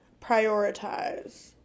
prioritize